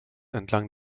entlang